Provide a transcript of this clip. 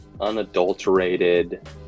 unadulterated